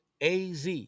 AZ